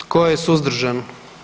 Tko je suzdržan?